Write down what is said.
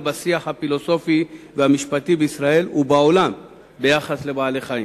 בשיח הפילוסופי והמשפטי בישראל ובעולם ביחס לבעלי-חיים.